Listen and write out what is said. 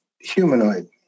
humanoid